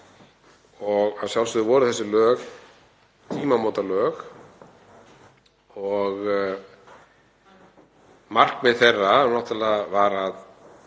Að sjálfsögðu voru þessi lög tímamótalög og markmið þeirra var að